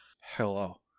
hello